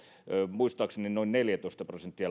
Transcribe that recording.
muistaakseni noin neljätoista prosenttia